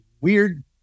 weird